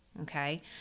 okay